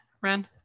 Ren